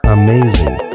Amazing